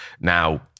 now